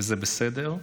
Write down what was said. וזה בסדר.